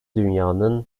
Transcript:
dünyanın